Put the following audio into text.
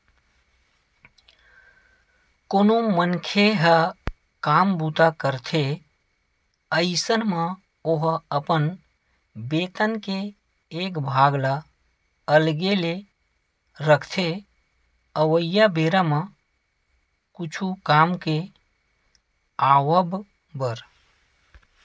कोनो मनखे ह काम बूता करथे अइसन म ओहा अपन बेतन के एक भाग ल अलगे ले रखथे अवइया बेरा म कुछु काम के आवब बर